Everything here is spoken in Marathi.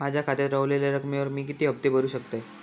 माझ्या खात्यात रव्हलेल्या रकमेवर मी किती हफ्ते भरू शकतय?